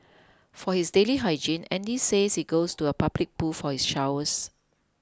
for his daily hygiene Andy says he goes to a public pool for his showers